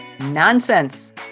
Nonsense